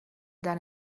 than